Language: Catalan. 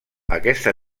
aquesta